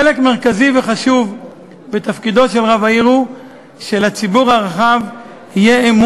חלק מרכזי וחשוב בתפקידו של רב העיר הוא האמון של הציבור הרחב בתפקודו.